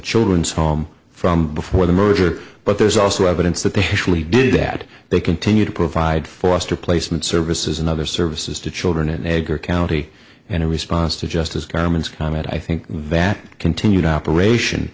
children's home from before the merger but there's also evidence that they actually did that they continue to provide forrester placement services and other services to children and egger county and in response to justice carmen's comment i think that continued operation